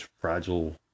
fragile